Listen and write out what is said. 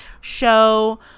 show